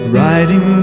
riding